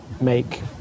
make